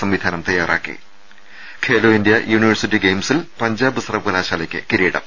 സംവിധാനം തയ്യാറാക്കി Khelo India university ഗെയിംസിൽ പഞ്ചാബ് സർവകലാ ശാലയ്ക്ക് കിരീടം